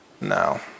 No